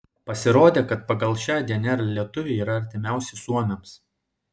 pasirodė kad pagal šią dnr lietuviai yra artimiausi suomiams